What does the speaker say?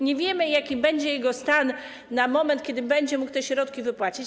Nie wiemy, jaki będzie jego stan w momencie, kiedy będzie mógł te środki wypłacić.